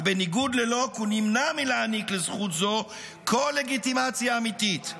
אך בניגוד ללוק הוא נמנע מלהעניק לזכות זו כל לגיטימציה אמיתית.